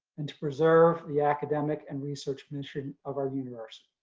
and preserve the academic and research mission of our university.